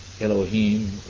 Elohim